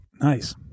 Nice